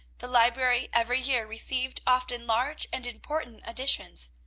the library every year received often large and important additions.